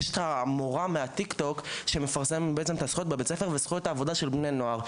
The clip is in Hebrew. יש מורה שמפרסמת ב- Tik-Tok את זכויות העבודה של בני הנוער.